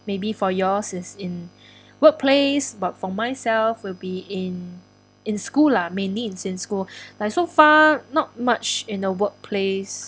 maybe for yours is in workplace but for myself will be in in school lah mainly is in school like so far not much in the workplace